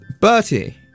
Bertie